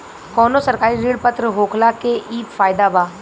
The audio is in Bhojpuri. कवनो सरकारी ऋण पत्र होखला के इ फायदा बा